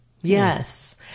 Yes